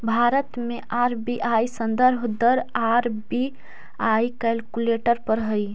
भारत में आर.बी.आई संदर्भ दर आर.बी.आई कैलकुलेट करऽ हइ